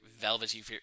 velvety